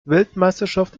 weltmeisterschaft